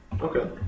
Okay